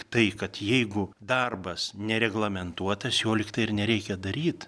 tai kad jeigu darbas nereglamentuotas jo lygtai ir nereikia daryt